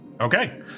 Okay